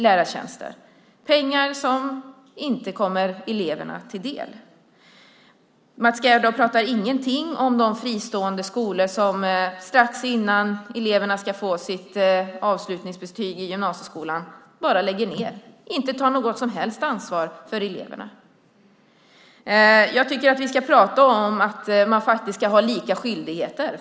Det är pengar som inte kommer eleverna till del. Mats Gerdau sade ingenting om de fristående skolor som strax innan eleverna ska få sitt avslutningsbetyg i gymnasieskolan bara lägger ned och inte tar något som helst ansvar för eleverna. Jag tycker att vi ska prata om att man faktiskt ska ha lika skyldigheter.